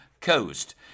coast